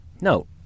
Note